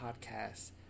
podcast